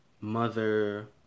mother